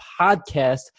podcast